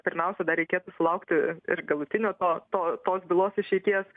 pirmiausia dar reikėtų sulaukti ir galutinio to to tos bylos išeities